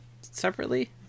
separately